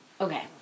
Okay